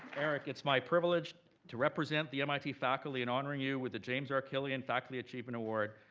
eric, it's my privilege to represent the mit faculty in honoring you with the james r. killian faculty achievement award,